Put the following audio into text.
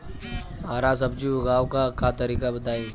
हरा सब्जी उगाव का तरीका बताई?